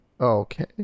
Okay